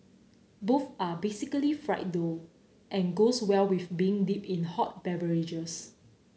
both are basically fried dough and goes well with being dipped in hot beverages